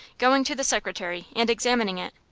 going to the secretary, and examining it.